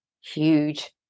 Huge